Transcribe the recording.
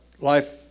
life